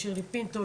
לשירלי פינטו,